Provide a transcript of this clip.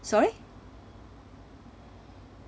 sorry